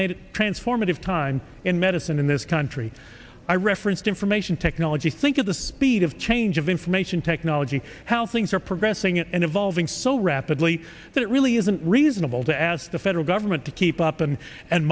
made transformative time in medicine in this country i referenced information technology think of the speed of change of information technology how things are progressing and evolving so rapidly that it really isn't reasonable to ask the federal government to keep up and and